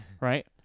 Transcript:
right